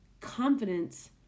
Confidence